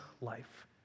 life